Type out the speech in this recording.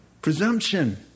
Presumption